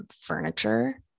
furniture